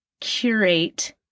curate